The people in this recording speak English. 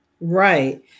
Right